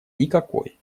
никакой